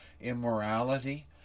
immorality